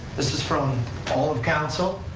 this is from all of council.